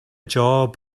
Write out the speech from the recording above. job